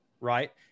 right